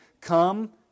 Come